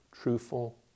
truthful